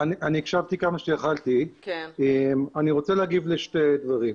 הקשבתי כמה שיכולתי, ואני רוצה להגיב לשני דברים.